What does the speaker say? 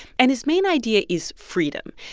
and his main idea is freedom.